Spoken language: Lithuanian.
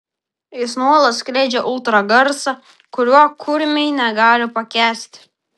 jis nuolat skleidžia ultragarsą kurio kurmiai negali pakęsti